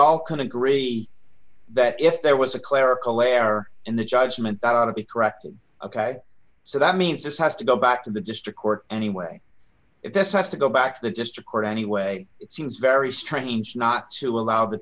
all can agree that if there was a clerical error in the judgement that ought to be corrected ok so that means this has to go back to the district court anyway if this has to go back to the district court anyway it seems very strange not to allow the